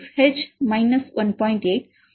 8 மற்றும் 1